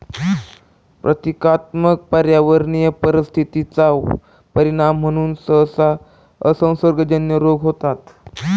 प्रतीकात्मक पर्यावरणीय परिस्थिती चा परिणाम म्हणून सहसा असंसर्गजन्य रोग होतात